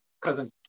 cousin